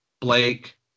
Blake